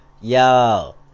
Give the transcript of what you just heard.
yo